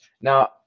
Now